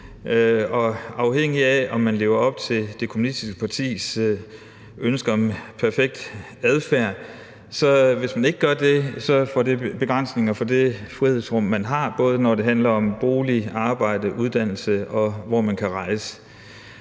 afhænger af, om man lever op til det kommunistiske partis ønske om en perfekt adfærd. Hvis man ikke gør det, medfører det begrænsninger af det frihedsrum, man har, både når det handler om bolig, arbejde og uddannelse og om, hvor man kan rejse